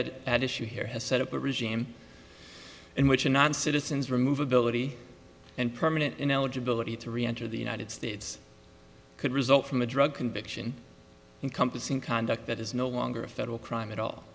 that at issue here has set up a regime in which a non citizens remove ability and permanent ineligibility to reenter the united states could result from a drug conviction encompassing conduct that is no longer a federal crime at all